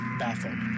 baffled